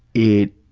it.